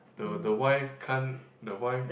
the the wife can't the wife